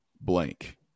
blank